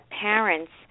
parents